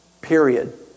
Period